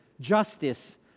justice